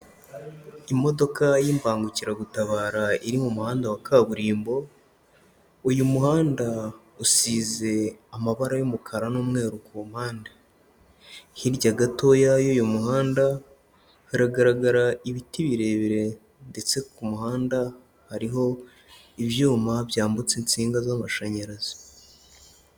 Imodoka y'imbangukiragutabara iri mu muhanda wa kaburimbo, uyu muhanda usize amabara y'umukara n'umweru ku mpande. Hirya gatoya y'uyu muhanda, haragaragara ibiti birebire ndetse ku muhanda hariho ibyuma byambutse insinga z'amashanyarazi.